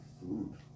food